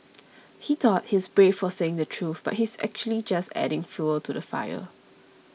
he thought he's brave for saying the truth but he's actually just adding fuel to the fire